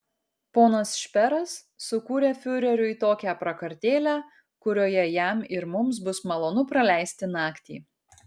ponas šperas sukūrė fiureriui tokią prakartėlę kurioje jam ir mums bus malonu praleisti naktį